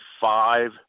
five